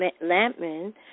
Lampman